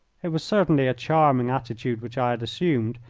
it was certainly a charming attitude which i had assumed,